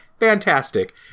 fantastic